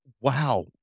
wow